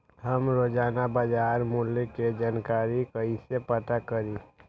हम रोजाना बाजार मूल्य के जानकारी कईसे पता करी?